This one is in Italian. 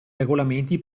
regolamenti